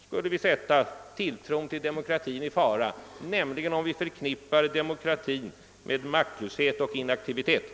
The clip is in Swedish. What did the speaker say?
Om vi förknippar demokrati med maktlöshet och inaktivitet, då skulle vi sätta tilltron till demokratin i fara.